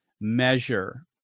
measure